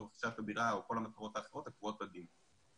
רכישת דירה אוכל המטרות האחרות הקבועות בדין.